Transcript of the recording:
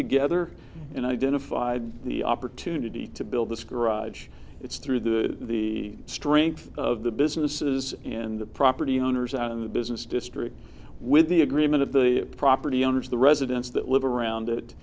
together and identified the opportunity to build this garage it's through the the strength of the businesses in the property owners and in the business district with the agreement of the property owners the residents that live around it